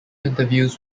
interviews